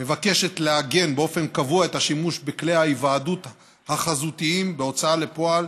מבקשת לעגן באופן קבוע את השימוש בכלי ההיוועדות החזותית בהוצאה לפועל,